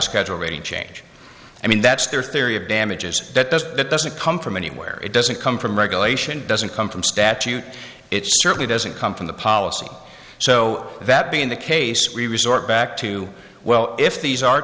a schedule rating change i mean that's their theory of damages that doesn't it doesn't come from anywhere it doesn't come from regulation doesn't come from statute it certainly doesn't come from the policy so that being the case we resort back to well if these are